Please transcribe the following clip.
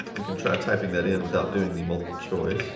we can try typing that in without doing the multiple choice.